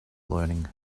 learning